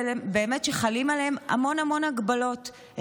חלות עליהם המון המון הגבלות,